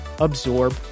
absorb